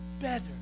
better